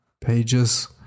pages